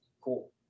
Cool